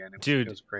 Dude